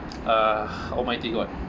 uh almighty god